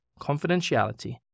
confidentiality